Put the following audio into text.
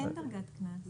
אין דרגת קנס.